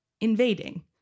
invading